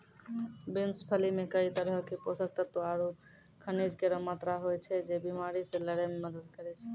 beans फली मे कई तरहो क पोषक तत्व आरु खनिज केरो मात्रा होय छै, जे बीमारी से लड़ै म मदद करै छै